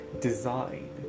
design